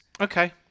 Okay